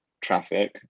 traffic